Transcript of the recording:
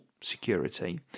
security